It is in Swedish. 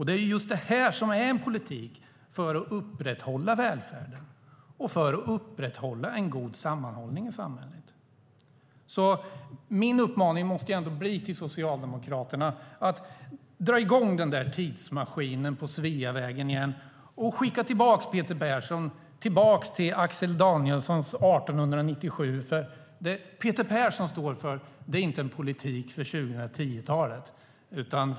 Det är just det här som är en politik för att upprätthålla välfärden och upprätthålla en god sammanhållning i samhället. Min uppmaning till Socialdemokraterna måste därför ändå bli: Dra i gång den där tidsmaskinen på Sveavägen igen, och skicka tillbaka Peter Persson till Axel Danielssons 1897! Det Peter Persson står för är nämligen inte en politik för 2010-talet.